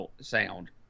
sound